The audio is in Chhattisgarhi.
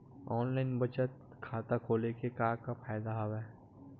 ऑनलाइन बचत खाता खोले के का का फ़ायदा हवय